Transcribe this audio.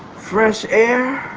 fresh air.